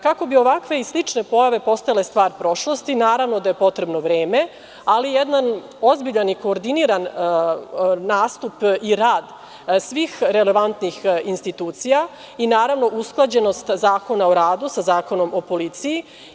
Kako bi ovakve i slične pojave postale stvar prošlosti, naravno da je potrebno vreme, ali jedan ozbiljan i koordiniran nastup i rad svih relevantnih institucija i usklađenost Zakona o radu sa Zakonom o policiji.